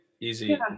easy